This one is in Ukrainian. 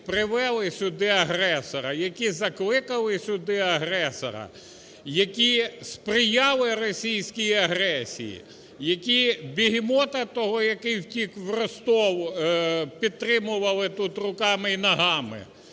які привели сюди агресора, які закликали сюди агресора, які сприяли російській агресії, які "бегемота" того, який втік у Ростов, підтримували тут руками і ногами,